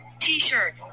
T-shirt